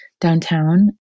downtown